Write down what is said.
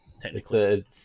technically